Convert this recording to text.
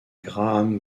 graham